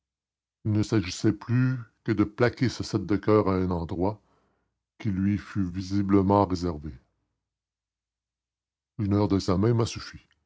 il ne s'agissait plus que de plaquer ce sept de coeur à un endroit qui lui fût visiblement réservé une heure d'examen m'a suffi